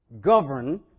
govern